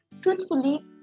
truthfully